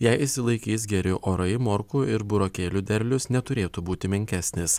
jei išsilaikys geri orai morkų ir burokėlių derlius neturėtų būti menkesnis